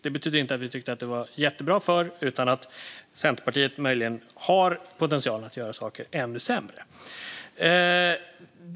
Det betyder inte att vi tycker att det var jättebra förr utan att Centerpartiet möjligen har potential att göra saker ännu sämre.